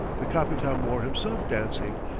the capitam mor himself dancing,